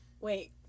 Wait